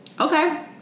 Okay